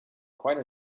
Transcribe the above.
quite